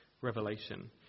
revelation